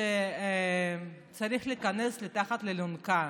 שצריך להיכנס מתחת לאלונקה.